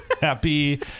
Happy